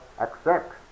accept